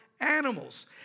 Animals